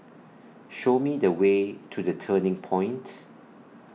Show Me The Way to The Turning Point